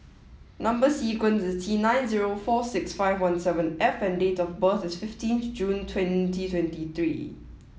number sequence is T night zero four six five one seven F and date of birth is fifteenth June twenty twenty three